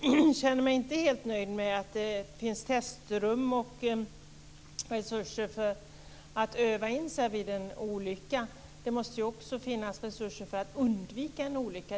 Jag känner mig inte helt nöjd med att det finns testrum och resurser för att öva in sig vid en olycka. Det måste också finnas resurser för att undvika en olycka.